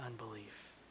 unbelief